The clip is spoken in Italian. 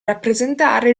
rappresentare